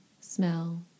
smell